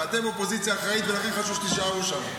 אתם אופוזיציה אחראית ולכן חשוב שתישארו שם.